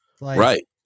right